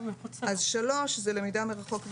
אז שלוש הן למידה מרחוק,